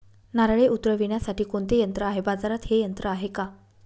नारळे उतरविण्यासाठी कोणते यंत्र आहे? बाजारात हे यंत्र आहे का?